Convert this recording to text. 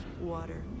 Water